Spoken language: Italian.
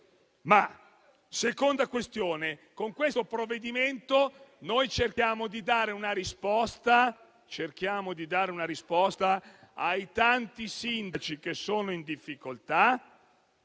In secondo luogo, con questo provvedimento, noi cerchiamo di dare una risposta ai tanti sindaci che sono in difficoltà,